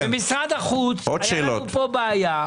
במשרד החוץ הייתה לנו כאן בעיה.